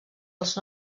als